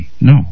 No